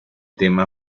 tema